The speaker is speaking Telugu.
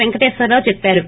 పెంకటేశ్వరరావు చెప్పారు